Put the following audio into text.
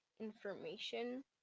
information